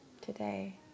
today